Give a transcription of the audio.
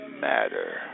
matter